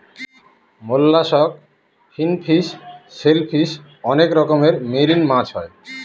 mollusc, finfish, shellfish অনেক রকমের marine মাছ হয়